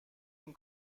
این